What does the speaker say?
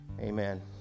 Amen